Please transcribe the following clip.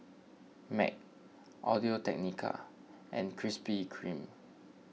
Mac Audio Technica and Krispy Kreme